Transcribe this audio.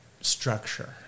structure